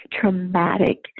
traumatic